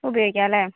ഉപയോഗിക്കാം അല്ലെ